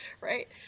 right